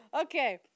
Okay